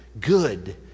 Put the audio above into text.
good